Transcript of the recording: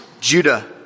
Judah